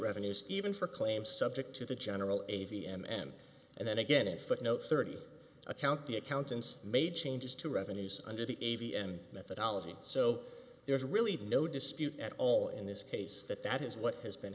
revenues even for claims subject to the general a v and n and then again in footnote thirty account the accountants made changes to revenues under the a v n methodology so there's really no dispute at all in this case that that is what has been